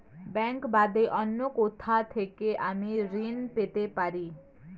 Bank বাদে অন্য কোথা থেকে আমি ঋন পেতে পারি?